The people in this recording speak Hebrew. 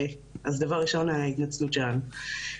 דבר ראשון, ההתנצלות שלנו.